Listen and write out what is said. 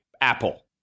Apple